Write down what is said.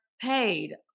paid